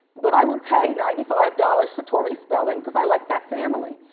but i would pay ninety five dollars for tori spelling cause i like that family.